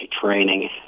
training